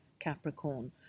Capricorn